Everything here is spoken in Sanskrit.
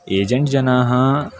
एजेण्ट् जनाः